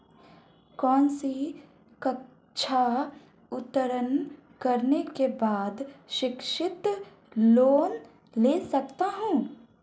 कौनसी कक्षा उत्तीर्ण करने के बाद शिक्षित लोंन ले सकता हूं?